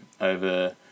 over